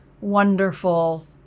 Wonderful